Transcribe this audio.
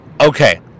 Okay